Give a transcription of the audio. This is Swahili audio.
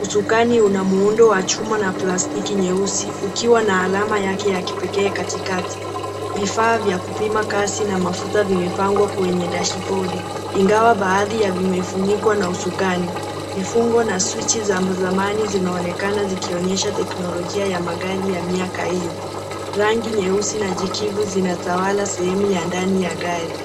Usukani una muundo wa chuma na plastiki nyeusi, ukiwa na alama yake ya kipekee katikati. Vifaa vya kupima kasi na mafuta vimepangwa kwenye dashibodi, ingawa baadhi ya vimefunikwa na usukani. Vifungo na swichi za zamani zinaonekana zikionyesha teknolojia ya magari ya miaka hiyo. Rangi nyeusi na kijivu zinatawala sehemu ya ndani ya gari.